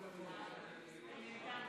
62. אני מכריז על